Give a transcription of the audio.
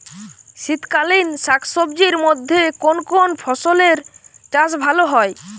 শীতকালীন শাকসবজির মধ্যে কোন কোন ফসলের চাষ ভালো হয়?